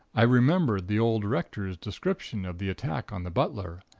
i remembered the old rector's description of the attack on the butler.